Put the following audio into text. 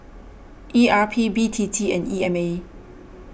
E R P B T T and E M A